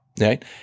Right